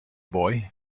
boy